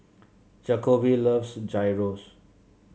Jakobe loves Gyros